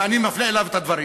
ואני מפנה אליו את הדברים,